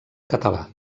català